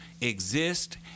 exist